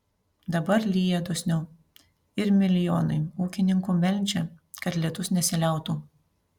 dabar lyja dosniau ir milijonai ūkininkų meldžia kad lietus nesiliautų